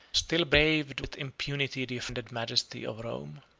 still braved with impunity the offended majesty of rome.